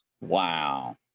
Wow